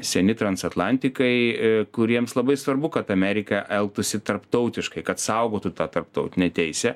seni transatlantikai kuriems labai svarbu kad amerika elgtųsi tarptautiškai kad saugotų tą tarptautinę teisę